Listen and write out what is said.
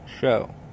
show